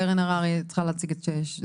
קרן הררי, את צריכה להציג את תפקידך.